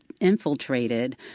infiltrated